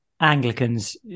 Anglicans